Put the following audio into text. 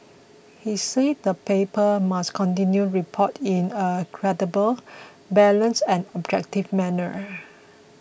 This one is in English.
he said the paper must continue report in a credible balanced and objective manner